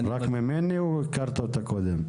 אתה מכיר אותה רק ממני או הכרת אותה מקודם.